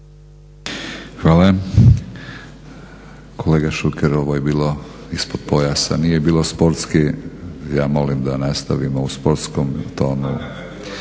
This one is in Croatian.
Hvala. Kolega Šuker, ovo je bilo ispod pojasa, nije bilo sportski. Ja molim da nastavimo u sportskom tonu.